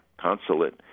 consulate